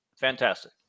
fantastic